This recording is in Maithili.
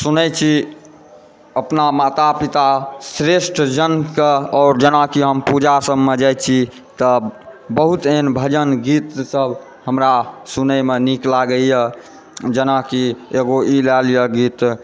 सुनैत छी अपना माता पिता श्रेष्ठजनसँ आओर जेना कि हम पूजा सभमे जाइत छी तऽ बहुत एहन भजन गीतसभ हमरा सुनैमे नीक लागैए जेना कि एगो ई लए लिअ गीत